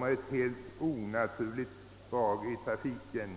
åstadkommer ett alldeles onaturligt drag i trafiken.